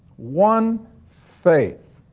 one faith.